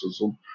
racism